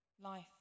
Life